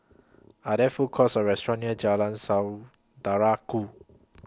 Are There Food Courts Or restaurants near Jalan Saudara Ku